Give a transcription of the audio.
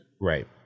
Right